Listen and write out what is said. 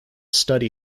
study